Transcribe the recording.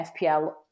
FPL